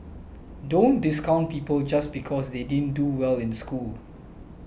don't discount people just because they didn't do well in school